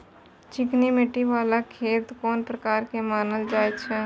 चिकनी मिट्टी बाला खेत कोन प्रकार के मानल जाय छै?